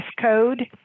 code